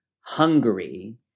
Hungary